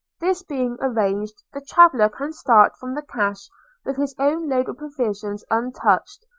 this being arranged, the traveller can start from the cache with his own load of provisions untouched,